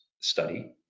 study